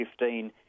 2015